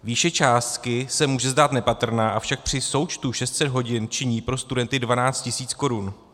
Výše částky se může zdát nepatrná, avšak při součtu 600 hodin činí pro studenty 12 000 korun.